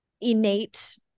innate